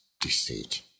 deceit